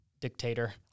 dictator